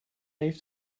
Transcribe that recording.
heeft